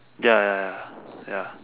ya ya ya ya